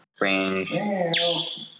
Range